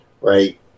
Right